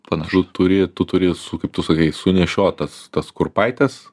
tu turi tu turi su kaip tu sakai sunešiot tas tas kurpaites